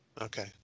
Okay